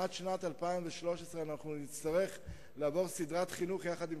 עד שנת 2013 אנחנו נצטרך לעבור סדרת חינוך יחד עם